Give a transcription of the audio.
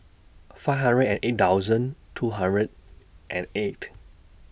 five hundred and eight thousand two hundred and eight